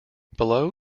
below